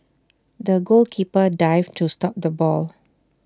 the goalkeeper dived to stop the ball